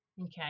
Okay